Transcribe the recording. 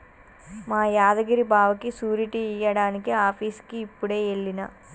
మా యాదగిరి బావకి సూరిటీ ఇయ్యడానికి ఆఫీసుకి యిప్పుడే ఎల్లిన